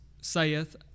saith